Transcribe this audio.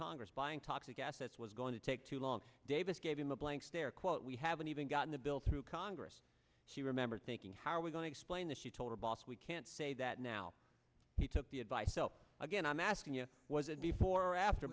congress buying toxic assets was going to take too long davis gave him a blank stare quote we haven't even gotten a bill through congress she remembers thinking how are we going to explain this she told her boss we can't say that now he took the advice so again i'm asking you was it before or after